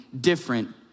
different